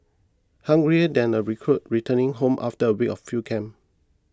hungrier than a recruit returning home after a week of field camp